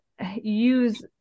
use